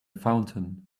fountain